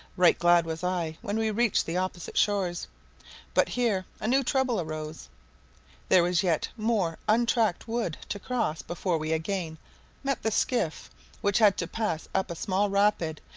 right glad was i when we reached the opposite shores but here a new trouble arose there was yet more untracked wood to cross before we again met the skiff which had to pass up a small rapid,